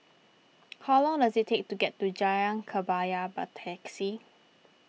how long does it take to get to Jalan Kebaya by taxi